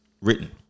written